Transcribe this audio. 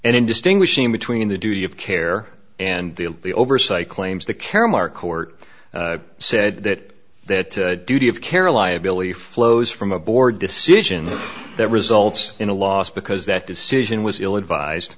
in distinguishing between the duty of care and the oversight claims the caremark court said that that duty of care liability flows from a board decision that results in a loss because that decision was ill advised